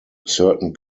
certain